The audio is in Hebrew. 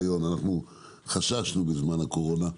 חששנו בזמן הקורונה,